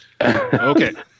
Okay